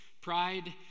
pride